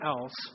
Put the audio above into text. else